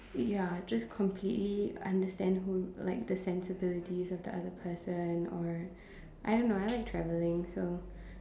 ya just completely understand who like the sensibilities of the other person or I don't know I like traveling so